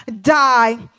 die